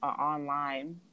online